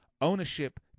ownership